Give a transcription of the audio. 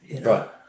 Right